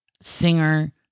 singer